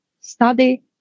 study